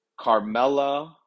Carmella